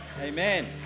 Amen